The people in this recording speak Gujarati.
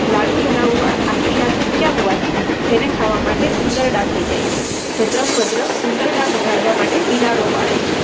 લાડુ ધરાવવા આખી રાત મૂક્યા હોવાથી તેને ખાવા માટે ઉંદરડા થઈ જાય છે ભદ્રંભદ્ર ઉંદરડા ભગાડવા માટે બિલાડો પાળે છે